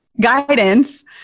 guidance